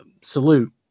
salute